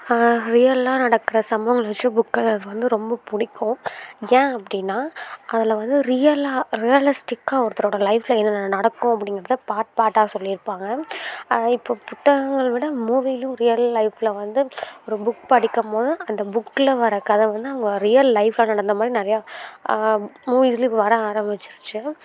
ரியல்லாக நடகிற சம்பவங்களை வச்சு புக் எழுதுறது வந்து ரொம்ப பிடிக்கும் ஏன் அப்படினா அதில் வந்து ரியல்லாக ரியலஸ்டிக்காக ஒருத்தரோட லைஃப்பில் என்னென்ன நடக்கும் அப்படிங்கறத பார்ட் பார்ட்டாக சொல்லிருப்பாங்க இப்போ புத்தகங்கள் விட மூவிலும் ரியல் லைஃப்பில் வந்து ஒரு புக் படிக்கம்போது அந்த புக்கில் வர்ற கதை வந்து அவங்க ரியல் லைஃப்பில் நடந்தமாதிரி நிறையா மூவிஸ்லையும் வர ஆரம்பிச்சிருச்சு